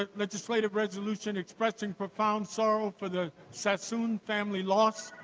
ah legislative resolution expressing profound sorrow for the sassoon family's loss,